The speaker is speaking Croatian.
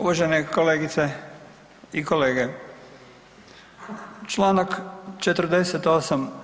Uvažene kolegice i kolege, čl. 48.